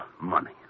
money